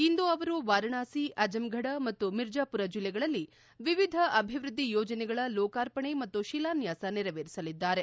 ಇಂದು ಅವರು ವಾರಣಾಸಿ ಅಜಂಘಡ ಮತ್ತು ಮಿರ್ಜಾಪುರ ಜಿಲ್ಲೆಗಳಲ್ಲಿ ವಿವಿಧ ಅಭಿವೃದ್ದಿ ಯೋಜನೆಗಳ ಲೋಕಾರ್ಪಣೆ ಮತ್ತು ಶಿಲಾನ್ಯಾಸ ನೆರವೇರಿಸಲಿದ್ದಾರೆ